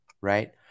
right